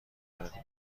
دادیم